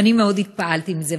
ואני מאוד התפעלתי מזה.